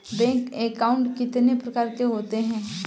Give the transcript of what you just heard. Bank account कितने प्रकार के होते हैं?